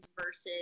versus